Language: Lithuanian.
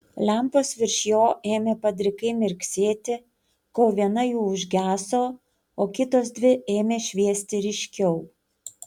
lempos virš jo ėmė padrikai mirksėti kol viena jų užgeso o kitos dvi ėmė šviesti ryškiau